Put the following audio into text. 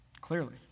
Clearly